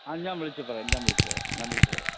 ആ ഞാൻ വിളിച്ചു പറയാം ഞാൻ വിളിച്ചു പറയാം ഞാൻ വിളിച്ചു പറയാം